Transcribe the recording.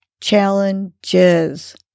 Challenges